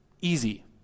easy